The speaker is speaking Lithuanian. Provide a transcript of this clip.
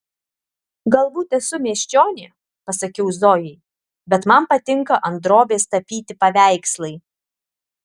galbūt esu miesčionė pasakiau zojai bet man patinka ant drobės tapyti paveikslai